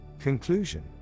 Conclusion